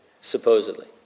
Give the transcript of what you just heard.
supposedly